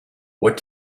what